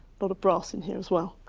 but of brass in here as well.